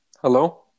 Hello